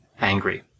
angry